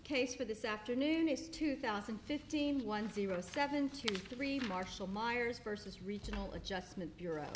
case for this afternoon is two thousand and fifteen one zero seven two three marshall meyers vs regional adjustment bureau